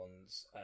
ones